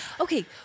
Okay